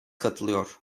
katılıyor